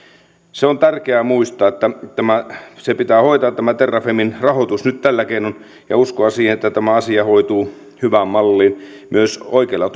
se on tärkeä muistaa se pitää hoitaa tämä terrafamen rahoitus nyt tällä keinoin ja uskoa siihen että tämä asia hoituu hyvään malliin oikeilla